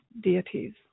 Deities